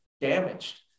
damaged